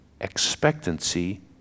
expectancy